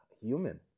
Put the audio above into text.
human